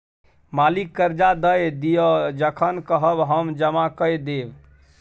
मालिक करजा दए दिअ जखन कहब हम जमा कए देब